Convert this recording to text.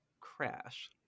crash